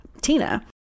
Tina